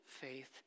faith